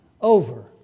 over